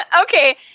Okay